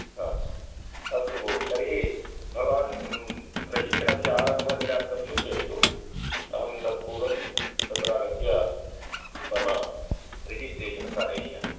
आम् अस्तु भोः तर्हि भवान् प्रशिक्षणस्य आरम्भदिनाङ्कं सूचयतु अहं तद् पूर्वं तत्र आगत्य मम रिजिस्ट्रेशन् कारष्यामि